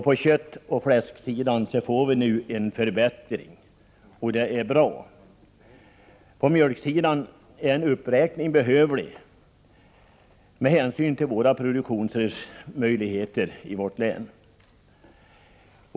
På köttoch fläsksidan får vi nu en förbättring, och det är bra. På mjölksidan är en uppräkning behövlig med hänsyn till produktionsmöjligheterna i vårt län.